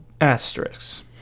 asterisks